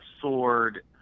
sword